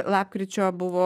lapkričio buvo